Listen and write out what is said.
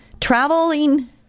Traveling